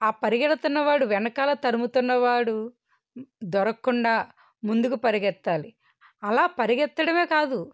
ఆ పెరిగెడుతున్న వాడు వెనకాల తరుముతున్న వాడు దొరకకుండా ముందుకు పరిగెత్తాలి అలా పరిగెత్తడం కాదు